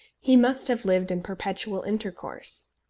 he must have lived in perpetual intercourse.